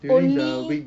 only